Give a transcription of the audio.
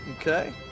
Okay